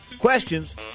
Questions